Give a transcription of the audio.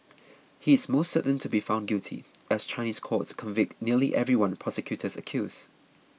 he is almost certain to be found guilty as Chinese courts convict nearly everyone prosecutors accuse